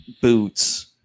boots